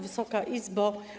Wysoka Izbo!